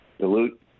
dilute